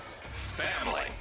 family